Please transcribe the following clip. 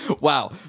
Wow